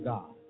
God